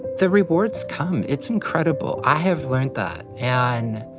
the rewards come. it's incredible. i have learned that and,